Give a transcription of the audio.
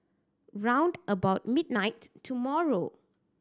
round about midnight tomorrow